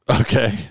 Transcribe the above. Okay